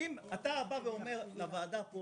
אם אתה בא ואומר לוועדה פה